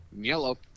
Yellow